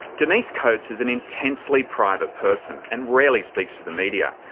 denise coates is an intensely private person and rarely speaks to the media.